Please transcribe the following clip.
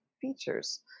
features